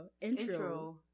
intro